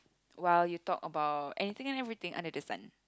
while you talk about anything and everything under the sun